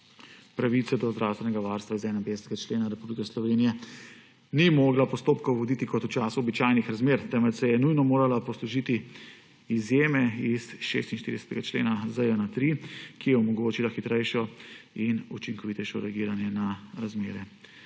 pravice do zdravstvenega varstva iz 51. člena Republike Slovenije ni mogla postopkov voditi kot v času običajnih razmer, temveč se je nujno morala poslužiti izjeme iz 46. člena ZJN-3, ki je omogočila hitrejšo in učinkovitejšo reagiranje na razmere